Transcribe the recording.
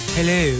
Hello